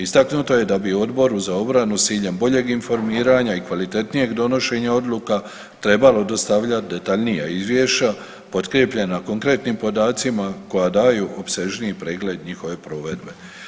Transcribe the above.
Istaknuto je da bi Odboru za obranu s ciljem boljeg informiranja i kvalitetnijeg donošenja odluka trebalo dostavljati detaljnija izvješća potkrijepljena konkretnim podacima koja daju opsežniji pregled njihove provedbe.